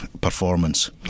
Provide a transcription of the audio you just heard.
performance